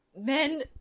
Men